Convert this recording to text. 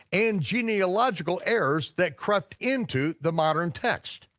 and genealogical errors that crept into the modern text.